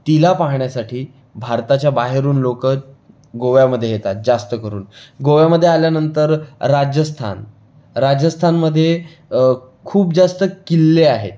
तिला पाहण्यासाठी भारताच्या बाहेरून लोकं गोव्यामध्ये येतात जास्त करून गोव्यामध्ये आल्यानंतर राजस्थान राजस्थानमध्ये खूप जास्त किल्ले आहेत